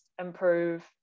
improve